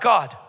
God